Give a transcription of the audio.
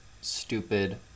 stupid